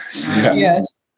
Yes